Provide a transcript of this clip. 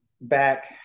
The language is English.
back